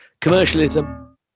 commercialism